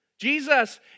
Jesus